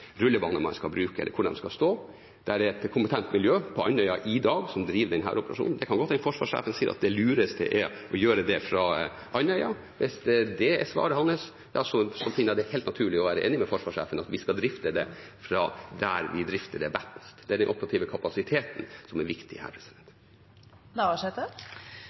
rullebane man skal bruke, eller hvor de skal stå. Det er et kompetent miljø på Andøya som driver denne operasjonen i dag. Det kan gode hende at forsvarsjefen sier at det lureste er å gjøre det fra Andøya. Hvis det er svaret hans, finner jeg det helt naturlig å være enig med forsvarssjefen i at vi skal drifte det fra der vi drifter det best. Det er den operative kapasiteten som er viktig her.